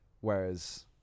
Whereas